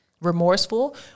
remorseful